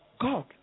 God